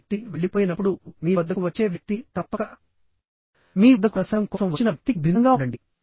ఆ వ్యక్తి వెళ్ళిపోయినప్పుడు మీ వద్దకు వచ్చే వ్యక్తి తప్పక మీ వద్దకు ప్రసంగం కోసం వచ్చిన వ్యక్తికి భిన్నంగా ఉండండి